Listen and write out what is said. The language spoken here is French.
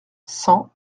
cent